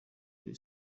kuri